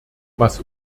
was